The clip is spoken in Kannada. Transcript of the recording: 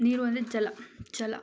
ನೀರು ಅಂದರೆ ಜಲ ಜಲ